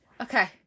okay